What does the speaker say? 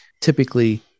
typically